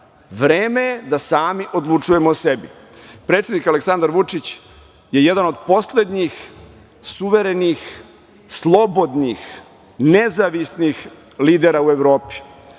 Vreme je da sami odlučujemo o sebi. Predsednik Aleksandar Vučić je jedan od poslednjih suverenih, slobodnih, nezavisnih lidera u Evropi.